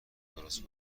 درست